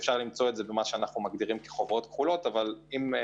אפשר למצוא את זה בחוברות הכחולות אבל אשמח